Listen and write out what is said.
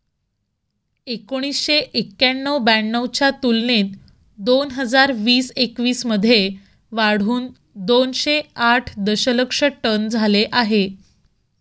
एकोणीसशे एक्क्याण्णव ब्याण्णव च्या तुलनेत दोन हजार वीस एकवीस मध्ये वाढून दोनशे आठ दशलक्ष टन झाले आहे